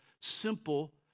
simple